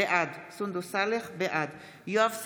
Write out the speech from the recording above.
בעד יואב סגלוביץ'